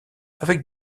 avec